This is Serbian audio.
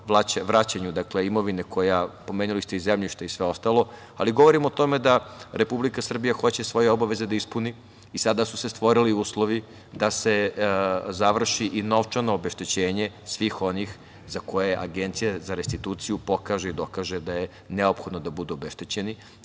vraćanju imovine. Pomenuli ste i zemljište i sve ostalo. Govorimo o tome da Republika Srbija hoće svoje obaveze da ispuni i sada su se stvorili uslovi da se završi i novčano obeštećenje svih onih za koje Agencija za restituciju pokaže i dokaže da je neophodno da budu obeštećeni.